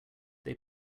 they